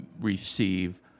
receive